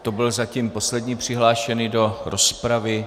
To byl zatím poslední přihlášený do rozpravy.